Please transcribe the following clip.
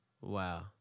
Wow